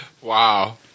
Wow